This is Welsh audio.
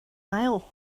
ail